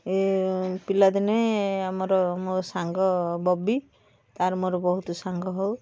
ଏ ପିଲା ଦିନେ ଆମର ମୋର ସାଙ୍ଗ ବବି ତାର ମୋର ବହୁତ ସାଙ୍ଗ ହେଉ